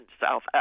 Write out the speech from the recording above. South